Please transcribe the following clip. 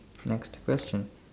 next question